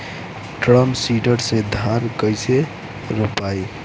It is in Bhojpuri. ड्रम सीडर से धान कैसे रोपाई?